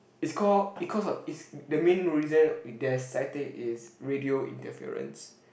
it's call it cause of it's the main reason there's static is radio interference